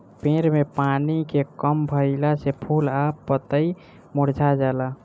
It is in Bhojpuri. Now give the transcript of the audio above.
पेड़ में पानी के कम भईला से फूल आ पतई मुरझा जाला